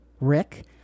Rick